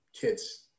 kids